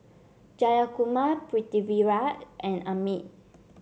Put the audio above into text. Jayakumar Pritiviraj and Amit